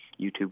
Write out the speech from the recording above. YouTube